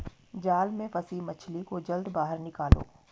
जाल में फसी मछली को जल्दी बाहर निकालो